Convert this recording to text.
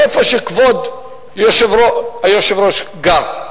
למקום שכבוד היושב-ראש גר.